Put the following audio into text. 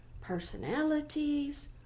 personalities